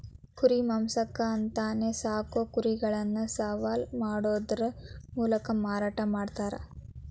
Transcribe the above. ಕುರಿ ಮಾಂಸಕ್ಕ ಅಂತಾನೆ ಸಾಕೋ ಕುರಿಗಳನ್ನ ಸವಾಲ್ ಮಾಡೋದರ ಮೂಲಕ ಮಾರಾಟ ಮಾಡ್ತಾರ